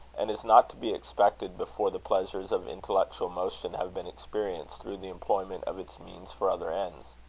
and is not to be expected before the pleasures of intellectual motion have been experienced through the employment of its means for other ends.